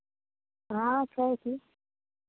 हँ छै की